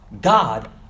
God